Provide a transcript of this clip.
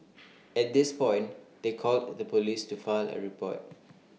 at this point they called the Police to file A report